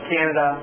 Canada